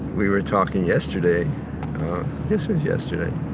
we were talking yesterday this is yesterday,